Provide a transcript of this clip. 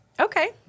Okay